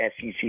SEC